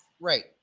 right